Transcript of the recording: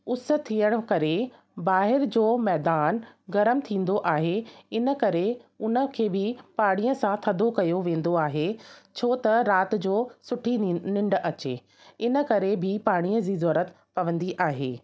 उस थियण करे ॿाहिरि जो मैदान गरम थींदो आहे इन करे उन खे बि पाणीअ सां थधो कयो वेंदो आहे छो त राति जो सुठी निं निंड अचे इन करे बि पाणीअ जी ज़रूरत पवंदी आहे